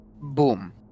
boom